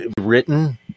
written